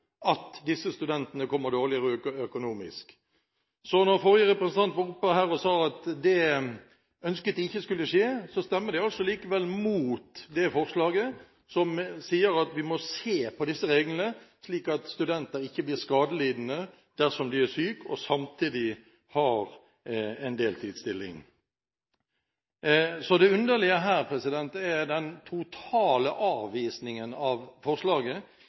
at disse studentene kommer dårligere ut økonomisk. Så selv om den forrige taleren var oppe her og sa at man ikke ønsket at det skulle skje, stemmer man altså likevel imot det forslaget som går ut på at vi må se på disse reglene, slik at studenter ikke blir skadelidende dersom de er syke og samtidig har en deltidsstilling. Det underlige her er den totale avvisningen av forslaget.